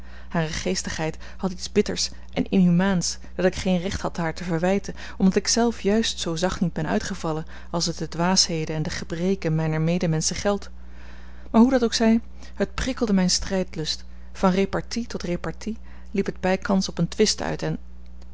hare geestigheid had iets bitters en inhumaans dat ik geen recht had haar te verwijten omdat ik zelf juist zoo zacht niet ben uitgevallen als het de dwaasheden en de gebreken mijner medemenschen geldt maar hoe dat ook zij het prikkelde mijn strijdlust van repartie tot repartie liep het bijkans op een twist uit en